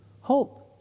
Hope